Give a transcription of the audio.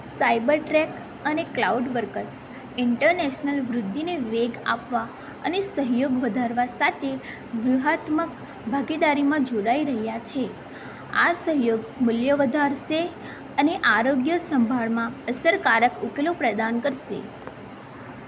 cyber track અને Cloudworks international વૃદ્ધિને વેગ આપવા અને સહયોગ વધારવા સાથે વ્યૂહાત્મક ભાગીદારીમાં જોડાઈ રહ્યા છે આ સહયોગ મૂલ્ય વધારશે અને આરોગ્ય સંભાળમાં અસરકારક ઉકેલો પ્રદાન કરશે